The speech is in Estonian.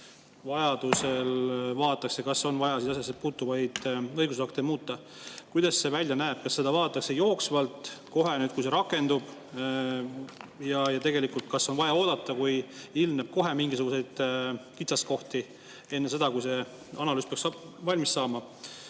järel vaadatakse, kas on vaja asjasse puutuvaid õigusakte muuta. Kuidas see välja näeb? Kas seda vaadatakse jooksvalt, kohe, kui see rakendub? Ja kas on vaja oodata, kui ilmneb mingisuguseid kitsaskohti enne seda, kui see analüüs peaks valmis saama?